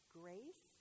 grace